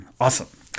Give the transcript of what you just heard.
awesome